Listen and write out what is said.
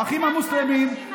האחים המוסלמים,